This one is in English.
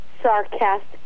sarcastic